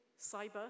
cyber